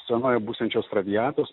scenoje būsiančios traviatos